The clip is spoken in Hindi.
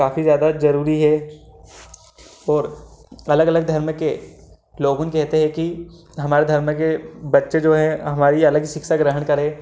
काफ़ी ज़्यादा जरूरी है और अलग अलग धर्म के लोग कहते है कि हमारे धर्म के बच्चे जो है हमारी अलग ही शिक्षा ग्रहण करें